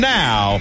now